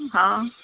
हा